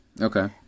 Okay